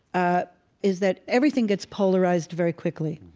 ah is that everything gets polarized very quickly.